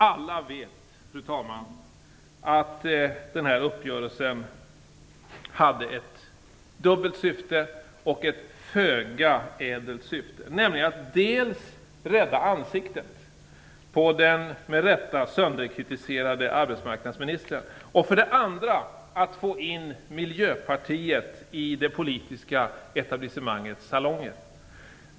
Alla vet att den här uppgörelsen hade ett dubbelt och föga ädelt syfte, nämligen att dels rädda ansiktet på den med rätta sönderkritiserade arbetsmarknadsministern, dels få in Miljöpartiet i det politiska etablissemangets salonger.